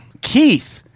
keith